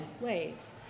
ways